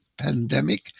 Pandemic